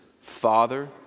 Father